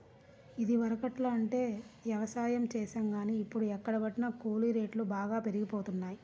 ఇదివరకట్లో అంటే యవసాయం చేశాం గానీ, ఇప్పుడు ఎక్కడబట్టినా కూలీ రేట్లు బాగా పెరిగిపోతన్నయ్